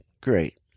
Great